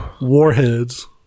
warheads